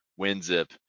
WinZip